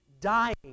dying